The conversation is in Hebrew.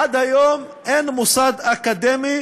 עד היום אין מוסד אקדמי